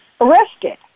arrested